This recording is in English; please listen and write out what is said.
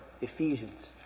Ephesians